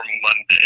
Monday